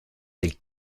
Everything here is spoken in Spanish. del